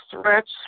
threats